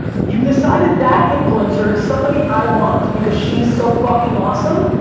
you decided that influencer is somebody i want because she's so fucking awesome,